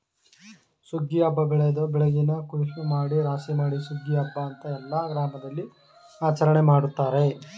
ಸುಗ್ಗಿ ಹಬ್ಬ ಬೆಳೆದ ಬೆಳೆನ ಕುಯ್ಲೂಮಾಡಿ ರಾಶಿಮಾಡಿ ಸುಗ್ಗಿ ಹಬ್ಬ ಅಂತ ಎಲ್ಲ ಗ್ರಾಮದಲ್ಲಿಆಚರಣೆ ಮಾಡ್ತಾರೆ